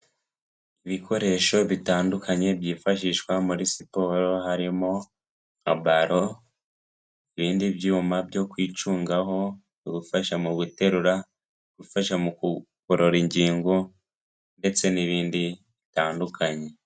Ibikoresho bitandukanye byifashishwa muri siporo harimo abaro, ibindi byuma byo kwicungaho ibifasha mu guterura, gufasha mu kugorora ingingo ndetse n'ibindi bitandukanye.